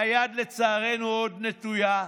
היד לצערנו עוד נטויה,